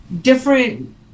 different